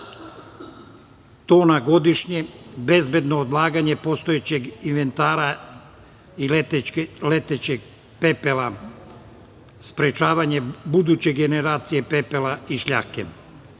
tona godišnje, bezbedno odlaganje postojećeg inventara i letećeg pepela sprečavanjem buduće generacije pepela i šljake. To